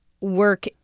work